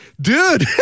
dude